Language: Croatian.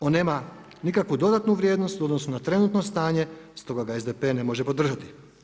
On nema nikakvu dodatnu vrijednost u odnosu na trenutno stanje stoga ga SDP ne može podržati.